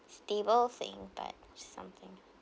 stable thing but it's something